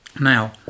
now